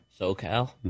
SoCal